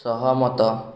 ସହମତ